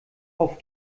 auf